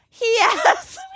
Yes